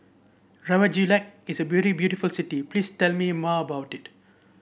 Reykjavik is a very beautiful city please tell me more about it